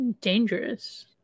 dangerous